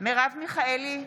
מרב מיכאלי,